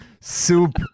Soup